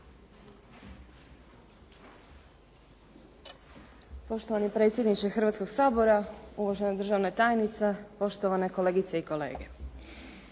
Poštovani predsjedniče Hrvatskoga sabora, uvažena državna tajnica, poštovane kolegice i kolege.